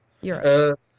Europe